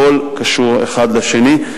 הכול קשור, האחד לשני.